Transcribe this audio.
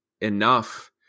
enough